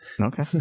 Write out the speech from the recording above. Okay